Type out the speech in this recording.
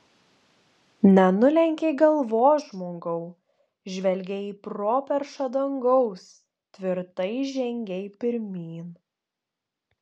nenulenkei galvos žmogau žvelgei į properšą dangaus tvirtai žengei pirmyn